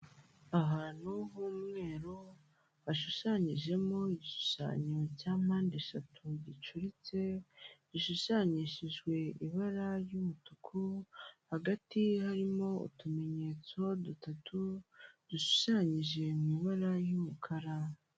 Ahantu h'umweru hashushanyijemo igishushanyo cya mpandeshatu gicuritse, gishushanyishijwe ibara ry'umutuku, hagati harimo utumenyetso dutatu dushushanyije mu ibara ry'umukara.